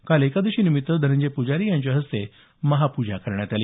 काल एकादशी निमित्त धनंजय प्जारी यांच्या हस्ते महापूजा करण्यात आली